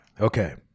Okay